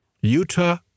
Utah